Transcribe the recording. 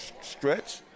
stretch